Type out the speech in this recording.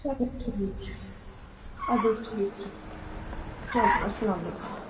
چلو ٹھیٖک چھُ ادٕ حظ ٹھیٖک چھُ چلو السلام علیکُم